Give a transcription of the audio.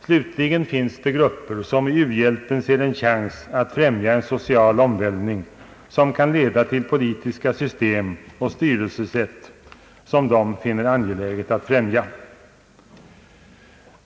Slutligen finns det grupper som i u-hjälpen ser en chans att främja en social omvälvning som kan leda till politiska system och styrelsesätt som de finner det angeläget att främja.